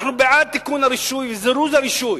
אנחנו בעד תיקון הרישוי, זירוז הרישוי,